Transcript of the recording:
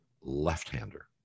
left-hander